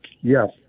Yes